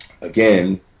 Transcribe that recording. again